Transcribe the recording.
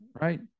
right